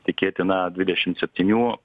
tikėtina dvidešimt septynių